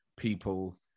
people